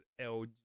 LG